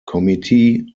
committee